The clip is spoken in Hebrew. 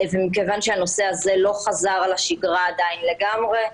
ומכיוון הנושא הזה לא חזר לשגרה עדיין לגמרי,